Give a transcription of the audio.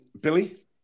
Billy